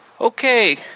Okay